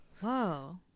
Whoa